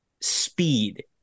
speed